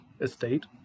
estate